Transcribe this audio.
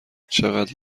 چقدر